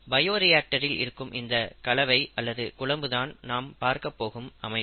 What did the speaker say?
பயோரியாக்டரில் இருக்கும் இந்த கலவை அல்லது குழம்பு தான் நாம் பார்க்கப் போகும் அமைப்பு